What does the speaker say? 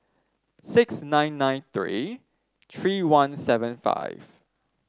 six nine nine three three one seven five